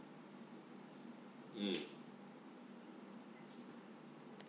mm